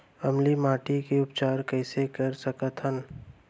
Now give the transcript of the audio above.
अम्लीय माटी के उपचार कइसे कर सकत हन?